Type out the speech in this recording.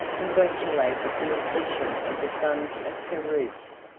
congratulated the accession of the sons of carus.